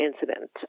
incident